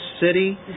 city